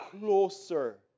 closer